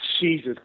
Jesus